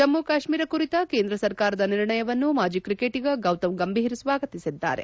ಜಮ್ನ ಕಾಶ್ತೀರ ಕುರಿತ ಕೇಂದ್ರ ಸರಕಾರದ ನಿರ್ಣಯವನ್ನು ಮಾಜಿ ಕ್ರಿಕೆಟಿಗ ಗೌತಮ್ ಗಂಭೀರ್ ಸ್ನಾಗತಿಸಿದ್ದಾರೆ